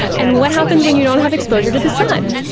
and what happens when you don't have exposure to the sun?